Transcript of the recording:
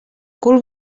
cul